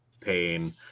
pain